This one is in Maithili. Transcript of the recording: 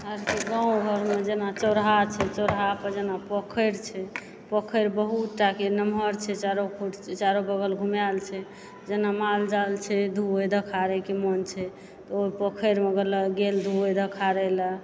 हमरा आरके गाँव घरमे जेना चोराहा छै चोराहा पर जेना पोखरि छै पोखरि बहुतटाके नमहर छै चारू खूँट चारू बगल घुमाएल छै जेना मालजाल छै धोए धोखाड़ैके मोन छै तऽ ओ पोखरिमे गेल धोए धोखाड़ै लए